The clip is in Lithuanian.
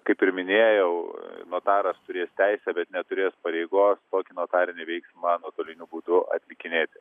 kaip ir minėjau notaras turės teisę bet neturės pareigos tokį notarinį veiksmą nuotoliniu būdu atlikinėti